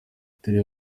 batari